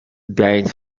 bank